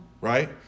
right